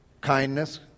kindness